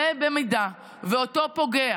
ובמידה שאותו פוגע